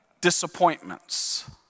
disappointments